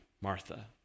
Martha